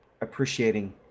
appreciating